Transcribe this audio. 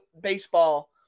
baseball